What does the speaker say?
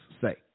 say